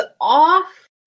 off